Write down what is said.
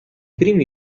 primi